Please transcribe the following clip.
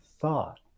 Thought